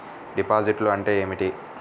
డిపాజిట్లు అంటే ఏమిటి?